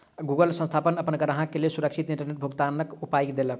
Google संस्थान अपन ग्राहक के लेल सुरक्षित इंटरनेट भुगतनाक उपाय देलक